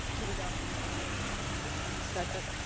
move adoption of the minutes as presented. second.